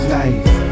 life